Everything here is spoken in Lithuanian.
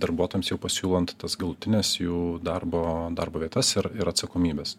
darbuotojams jau pasiūlant tas galutines jų darbo darbo vietas ir ir atsakomybes